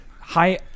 hi